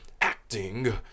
acting